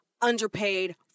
underpaid